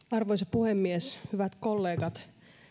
arvoisa puhemies hyvät kollegat